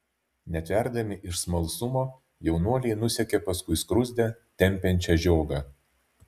netverdami iš smalsumo jaunuoliai nusekė paskui skruzdę tempiančią žiogą